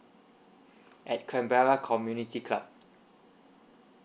at canberra community club